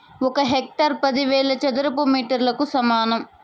ఒక హెక్టారు పదివేల చదరపు మీటర్లకు సమానం